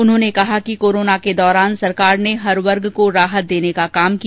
राज्यपाल ने कहा कि कोरोना के दौरान सरकार ने हर वर्ग को राहत देने का काम किया